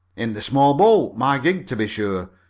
in the small boat my gig to be sure.